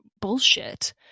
bullshit